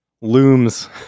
looms